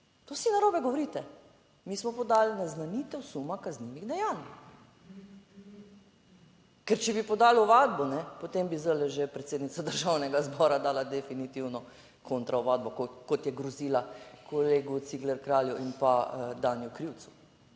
to vsi narobe govorite. Mi smo podali naznanitev suma kaznivih dejanj. Ker če bi podali ovadbo, potem bi zdaj že predsednica Državnega zbora dala definitivno kontra ovadbo, kot je grozila kolegu Cigler Kralju in pa Daniju Krivcu.